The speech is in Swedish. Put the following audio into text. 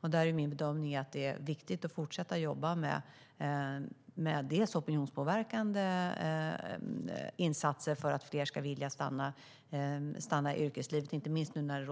Där är min bedömning att det är viktigt att fortsätta jobba med opinionspåverkande insatser för att fler ska vilja stanna i yrkeslivet, inte minst nu när det